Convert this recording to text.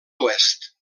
oest